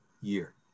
year